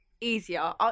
easier